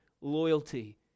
loyalty